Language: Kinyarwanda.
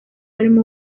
barimo